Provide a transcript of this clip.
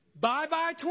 Bye-bye